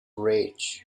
rage